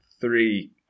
three